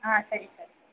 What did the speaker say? ಹಾಂ ಸರಿ ಸರಿ